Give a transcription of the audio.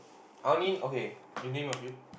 I only okay you name a few